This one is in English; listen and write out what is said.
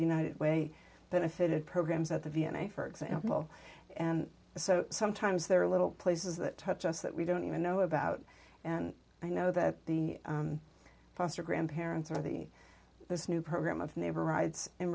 the united way benefited programs at the v n a for example and so sometimes there are little places that touch us that we don't even know about and i know that the foster grandparents or the this new program of neighbor rides in